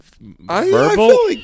verbal